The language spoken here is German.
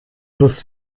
schuss